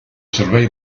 servei